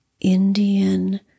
Indian